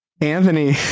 Anthony